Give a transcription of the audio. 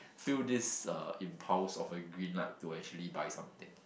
feel this uh impulse of a green light to actually buy something